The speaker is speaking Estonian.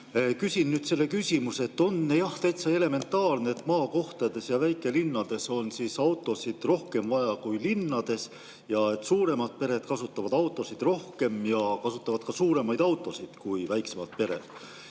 Küsin nüüd küsimuse. On täitsa elementaarne, et maakohtades ja väikelinnades on autosid rohkem vaja kui linnades ja et suuremad pered kasutavad autosid rohkem ja kasutavad suuremaid autosid kui väiksemad pered.